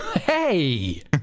Hey